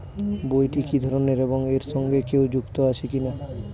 বইটি কি ধরনের এবং এর সঙ্গে কেউ যুক্ত আছে কিনা?